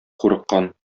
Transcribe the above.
курыккан